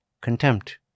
contempt